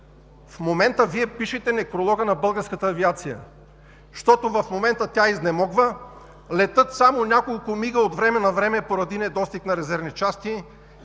В момента Вие пишете некролога на българската авиация, защото в момента тя изнемогва – летят само няколко „МиГ“-а от време на време поради недостиг на резервни части;